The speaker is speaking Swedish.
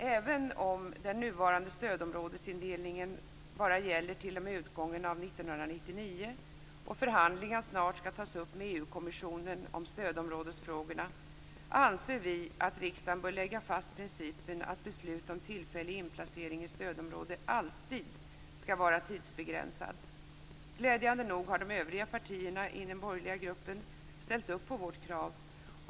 Även om den nuvarande stödområdesindelningen bara gäller t.o.m. utgången av 1999 och förhandlingar snart skall tas upp med EU-kommissionen om stödområdesfrågorna, anser vi att riksdagen bör lägga fast principen att beslut om tillfällig inplacering i stödområde alltid skall vara tidsbegränsad. Glädjande nog har de övriga partierna i den borgerliga gruppen ställt upp på vårt krav.